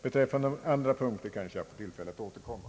Beträffande andra punkter får jag kanske tillfälle att återkomma.